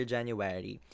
January